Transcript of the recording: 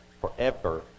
forever